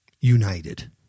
united